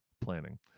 planning